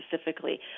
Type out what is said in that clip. specifically